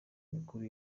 mikuru